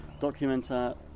documenter